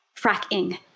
fracking